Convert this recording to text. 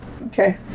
okay